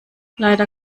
leider